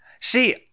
See